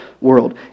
world